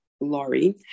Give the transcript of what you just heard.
Laurie